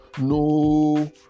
No